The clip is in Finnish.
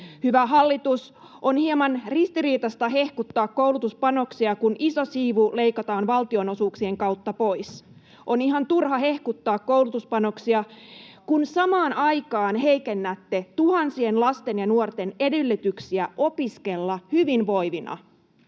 Hyvä hallitus, on hieman ristiriitaista hehkuttaa koulutuspanoksia, kun iso siivu leikataan valtionosuuksien kautta pois. On ihan turha hehkuttaa koulutuspanoksia, kun samaan aikaan heikennätte tuhansien lasten ja nuorten edellytyksiä opiskella hyvinvoivina.